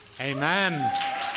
Amen